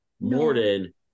Morden